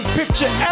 picture